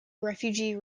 refugee